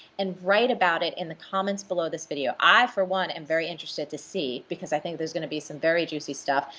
and write about it in the comments below this video. i for one am very interested to see, because i think there's gonna be some very juicy stuff,